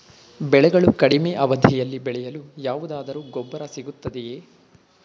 ಬೆಳೆಗಳು ಕಡಿಮೆ ಅವಧಿಯಲ್ಲಿ ಬೆಳೆಯಲು ಯಾವುದಾದರು ಗೊಬ್ಬರ ಸಿಗುತ್ತದೆಯೇ?